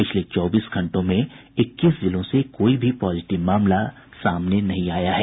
पिछले चौबीस घंटों में इक्कीस जिलों से कोई भी पॉजिटिव मामला सामने नहीं आया है